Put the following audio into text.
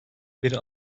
bir